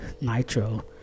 Nitro